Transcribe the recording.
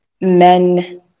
men